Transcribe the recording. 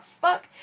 fuck